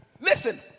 Listen